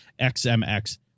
XMX